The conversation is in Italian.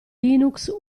linux